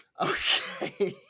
Okay